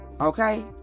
okay